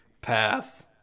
path